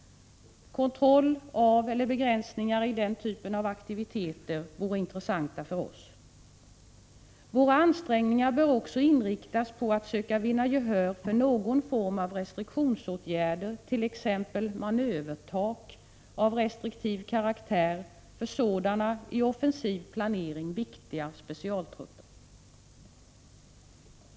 Kontroll av eller begränsningar i den typen av aktiviteter vore intressanta för oss. Våra ansträngningar bör också inriktas på att söka vinna gehör för någon form av restriktionsåtgärder, t.ex. ”manövertak” av restriktiv karaktär för sådana i offensiv planering viktiga specialtrupper.